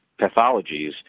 pathologies